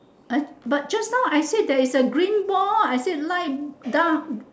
I but just now I said there is a green ball I said light dark